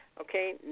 Okay